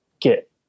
get